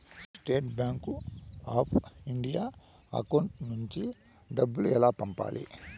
State bank of India account నుంచి డబ్బులు ఎలా పంపాలి?